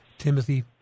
Timothy